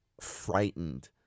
frightened